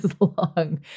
long